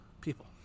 people